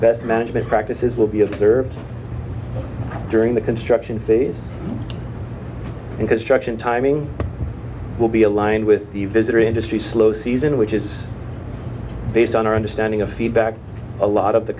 best management practices will be observed during the construction phase and construction timing will be aligned with the visitor industry slow season which is based on our understanding of feedback a lot of the